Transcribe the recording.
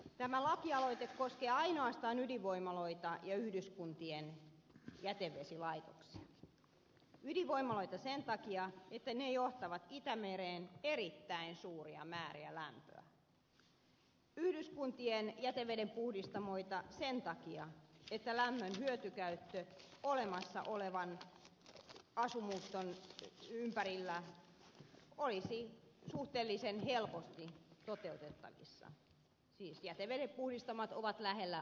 tämä lakialoite koskee ainoastaan ydinvoimaloita ja yhdyskuntien jätevesilaitoksia ydinvoimaloita sen takia että ne johtavat itämereen erittäin suuria määriä lämpöä yhdyskuntien jätevedenpuhdistamoita sen takia että lämmön hyötykäyttö olemassa olevan asumuston ympärillä olisi suhteellisen helposti toteutettavissa siis jätevedenpuhdistamot ovat lähellä asutusta